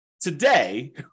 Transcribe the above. Today